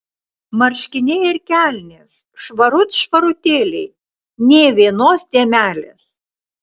marškiniai ir kelnės švarut švarutėliai nė vienos dėmelės